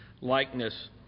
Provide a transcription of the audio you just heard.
likeness